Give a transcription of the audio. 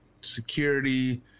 security